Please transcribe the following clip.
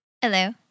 Hello